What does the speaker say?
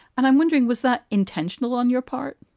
and i'm wondering, was that intentional on your part?